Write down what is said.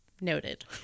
Noted